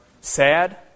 sad